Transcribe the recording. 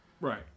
Right